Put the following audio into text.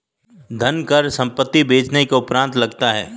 धनकर संपत्ति बेचने के उपरांत लगता है